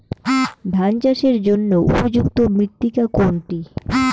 ধান চাষের জন্য উপযুক্ত মৃত্তিকা কোনটি?